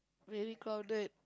very crowded